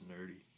nerdy